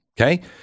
Okay